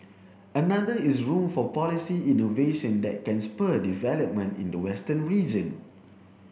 another is room for policy innovation that can spur development in the western region